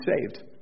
saved